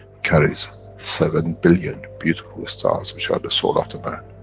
carries seven billion beautiful stars, which are the soul of the man.